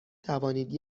توانید